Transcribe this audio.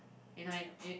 you know you